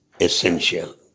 essential